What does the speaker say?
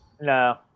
No